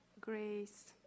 grace